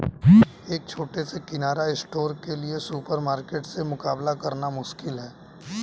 एक छोटे से किराना स्टोर के लिए सुपरमार्केट से मुकाबला करना मुश्किल है